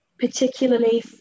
particularly